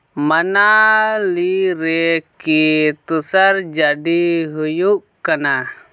ᱢᱟᱱᱟᱞᱤ ᱨᱮ ᱠᱤ ᱛᱩᱥᱟᱨ ᱡᱟᱹᱰᱤ ᱦᱩᱭᱩᱜ ᱠᱟᱱᱟ